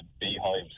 beehives